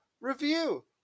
review